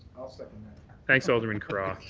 like thanks, alderman curragh.